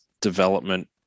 development